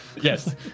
Yes